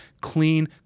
Clean